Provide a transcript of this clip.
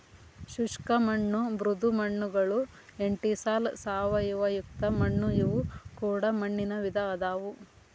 ಶುಷ್ಕ ಮಣ್ಣು ಮೃದು ಮಣ್ಣುಗಳು ಎಂಟಿಸಾಲ್ ಸಾವಯವಯುಕ್ತ ಮಣ್ಣು ಇವು ಕೂಡ ಮಣ್ಣಿನ ವಿಧ ಅದಾವು